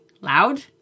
Loud